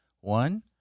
One